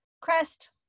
Crest